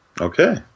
Okay